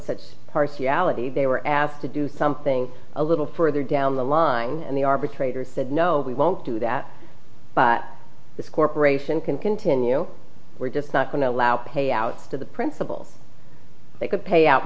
such partiality they were asked to do something a little further down the line and the arbitrator said no we won't do that this corporation can continue we're just not going to allow payouts to the principles they could pay out